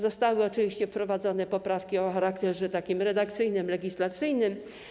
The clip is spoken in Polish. Zostały oczywiście wprowadzone poprawki o charakterze redakcyjnym, legislacyjnym.